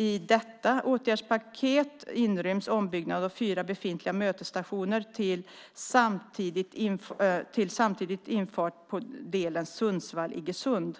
I detta åtgärdspaket inryms ombyggnad av fyra befintliga mötesstationer till samtidig infart på delen Sundsvall-Iggesund.